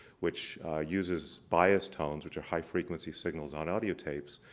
which uses bios tones, which are high frequency signals on audio tapes,